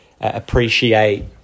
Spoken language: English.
appreciate